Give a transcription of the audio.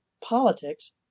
politics